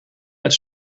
met